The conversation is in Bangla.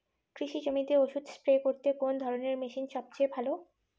কৃষি জমিতে ওষুধ স্প্রে করতে কোন ধরণের মেশিন সবচেয়ে ভালো?